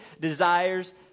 desires